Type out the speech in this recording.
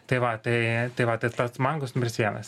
tai va tai tai va tai tas mangos numeris vienas